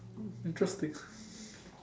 interesting